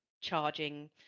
charging